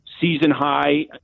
season-high